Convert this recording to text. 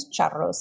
charros